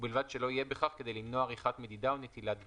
ובלבד שלא יהיה בכך כדי למנוע עריכת מדידה או נטילת דגימה.